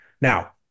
Now